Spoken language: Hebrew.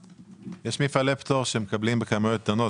יש מפעלי פטור שמקבלים בכמויות קטנות.